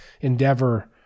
Endeavor